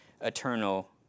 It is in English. eternal